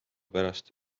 pärast